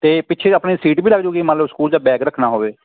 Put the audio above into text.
ਅਤੇ ਪਿੱਛੇ ਆਪਣੀ ਸੀਟ ਵੀ ਲੱਗ ਜੂੰਗੀ ਮੰਨ ਲਉ ਸਕੂਲ ਦਾ ਬੈਗ ਰੱਖਣਾ ਹੋਵੇ